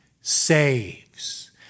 saves